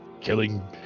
Killing